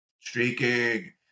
Streaking